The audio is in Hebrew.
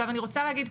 אני רוצה להגיד,